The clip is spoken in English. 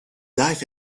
life